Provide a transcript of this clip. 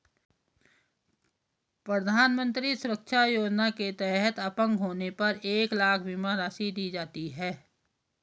प्रधानमंत्री सुरक्षा योजना के तहत अपंग होने पर एक लाख बीमा राशि दी जाती है